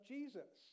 Jesus